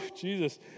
Jesus